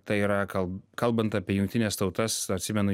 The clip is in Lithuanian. tai yra kal kalbant apie jungtines tautas atsimenu